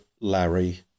Larry